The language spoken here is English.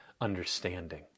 understanding